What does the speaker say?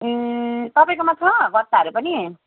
ए तपाईँकोमा छ गट्टाहरू पनि